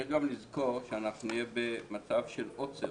צריך גם לזכור שאנחנו נהיה במצב של עוצר,